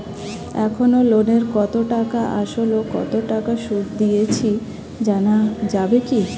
এখনো লোনের কত টাকা আসল ও কত টাকা সুদ দিয়েছি জানা যাবে কি?